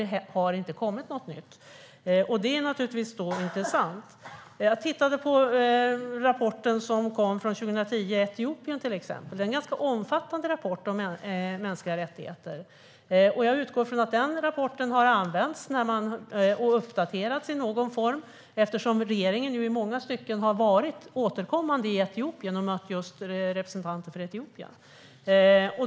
Det har nämligen inte kommit något nytt, vilket naturligtvis är intressant. Jag tittade på den rapport som kom om Etiopien 2010. Det är en ganska omfattande rapport om mänskliga rättigheter. Jag utgår från att den rapporten har använts och uppdaterats i någon form eftersom regeringen återkommande har varit i Etiopien och mött representanter för Etiopien.